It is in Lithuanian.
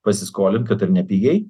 pasiskolint kad ir nepigiai